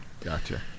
Gotcha